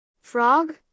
Frog